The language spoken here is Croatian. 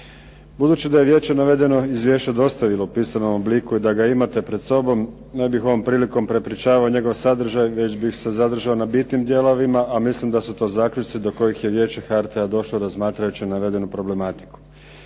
Budući da je vijeće navedeno izvješće dostavilo u pisanom obliku i da ga imate pred sobom ne bih ovom prilikom prepričavao njegov sadržaj već bih se zadržao na bitnim dijelovima a mislim da su to zaključci do kojih je vijeće HRT-a došlo razmatrajući navedenu problematiku.